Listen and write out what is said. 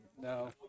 no